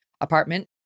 apartment